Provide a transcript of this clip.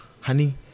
honey